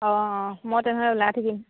অঁ অঁ মই তেনেহ'লে ওলাই থাকিম